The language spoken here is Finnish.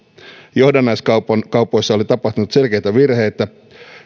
johdannaiskaupoissa oli tapahtunut selkeitä virheitä